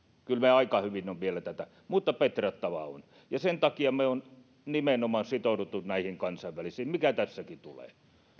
kyllä me aika hyvin olemme vielä tätä hoitaneet mutta petrattavaa on ja sen takia me olemme nimenomaan sitoutuneet näihin kansainvälisiin toimiin ja siihen mikä tässäkin tulee